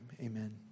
Amen